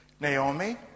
Naomi